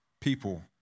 people